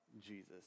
Jesus